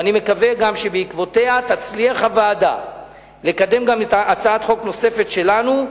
ואני מקווה שבעקבותיה תצליח הוועדה לקדם גם הצעת חוק נוספת שלנו,